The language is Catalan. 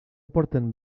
porten